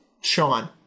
Sean